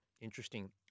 Interesting